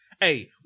hey